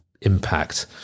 impact